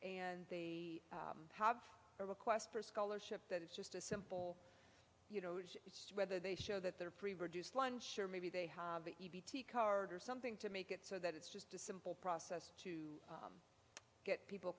and they have a request for a scholarship that it's just a simple you know whether they show that they're pretty reduced lunch or maybe they have something to make it so that it's just a simple process to get people